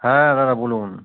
হ্যাঁ দাদা বলুন